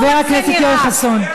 חבר הכנסת יואל חסון.